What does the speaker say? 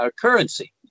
currency